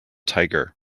tiger